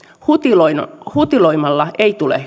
hutiloimalla hutiloimalla ei tule